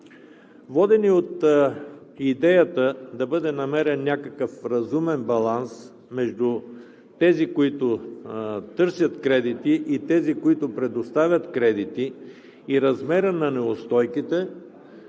Водени от идеята да бъде намерен някакъв разумен баланс между тези, които търсят кредити, и тези, които предоставят кредити, и размерът на неустойките,